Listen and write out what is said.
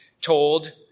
told